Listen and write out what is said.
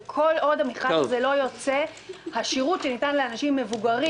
וכל עוד המכרז הזה לא יוצא השירות שניתן לאנשים מבוגרים